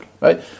Right